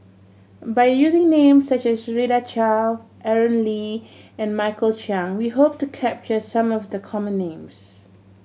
by using names such as Rita Chao Aaron Lee and Michael Chiang we hope to capture some of the common names